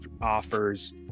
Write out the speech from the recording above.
offers